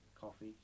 coffee